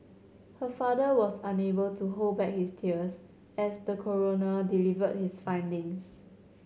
her father was unable to hold back his tears as the coroner delivered his findings